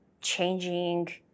changing